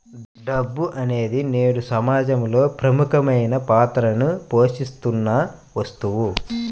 డబ్బు అనేది నేడు సమాజంలో ప్రముఖమైన పాత్రని పోషిత్తున్న వస్తువు